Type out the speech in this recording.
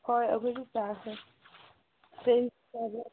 ꯍꯣꯏ ꯑꯩꯈꯣꯏꯁꯨ ꯀ꯭ꯂꯥꯁꯇ